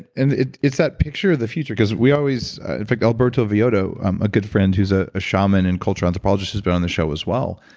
and it's that picture of the future, because we always. in fact alberto villoldo, a good friend who's ah a shaman and cultural anthropologist who's been on the show as well,